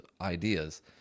ideas